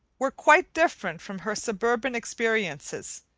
were quite different from her suburban experiences